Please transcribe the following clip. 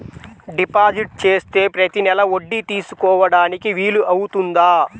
Deposit చేస్తే ప్రతి నెల వడ్డీ తీసుకోవడానికి వీలు అవుతుందా?